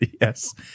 yes